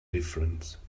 difference